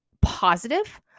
positive